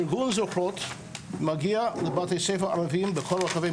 ארגון זוכרות מגיע לבתי ספר ערביים בכל מדינת